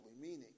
meaning